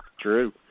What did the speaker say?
true